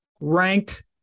ranked